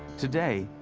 today,